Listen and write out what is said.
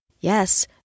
yes